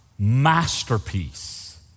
masterpiece